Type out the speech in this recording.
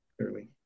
clearly